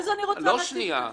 לא שנייה.